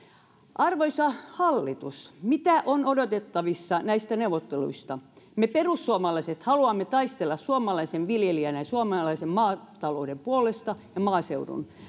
arvoisa hallitus mitä on odotettavissa näistä neuvotteluista me perussuomalaiset haluamme taistella suomalaisen viljelijän ja suomalaisen maatalouden ja maaseudun puolesta